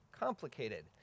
complicated